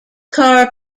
car